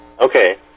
Okay